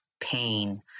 pain